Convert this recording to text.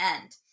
end